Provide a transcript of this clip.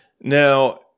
Now